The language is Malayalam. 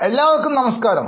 എല്ലാവർക്കും നമസ്കാരം